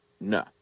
No